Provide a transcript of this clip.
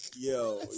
Yo